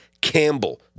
Campbell